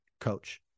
coach